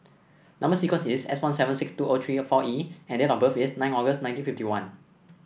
number sequence is S one seven six two O three four E and date of birth is nine August nineteen fifty one